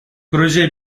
projeye